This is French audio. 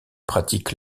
pratique